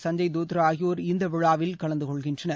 சஞ்சய் தோத்ரேஆகியோர் இந்தவிழாவில் கலந்துகொள்கின்றனர்